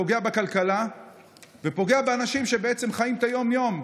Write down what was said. פוגע בכלכלה ופוגע באנשים שבעצם חיים את היום-יום.